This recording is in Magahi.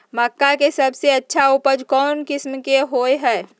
मक्का के सबसे अच्छा उपज कौन किस्म के होअ ह?